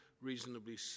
reasonably